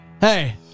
hey